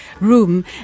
room